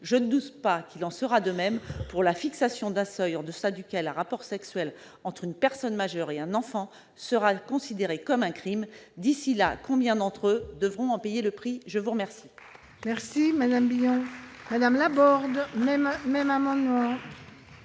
Je ne doute pas qu'il en sera de même pour la fixation d'un seuil en deçà duquel un rapport sexuel entre une personne majeure et un enfant sera considéré comme un crime. D'ici là, combien d'entre eux devront en payer le prix ? La parole